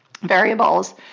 variables